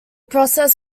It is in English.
process